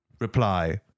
Reply